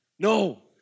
No